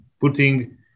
putting